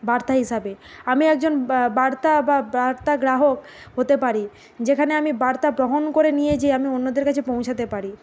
বার্তা হিসাবে আমি একজন বার্তা বা বার্তা গ্রাহক হতে পারি যেখানে আমি বার্তা বহন করে নিয়ে যেয়ে আমি অন্যদের কাছে পৌঁছাতে পারি